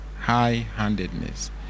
High-handedness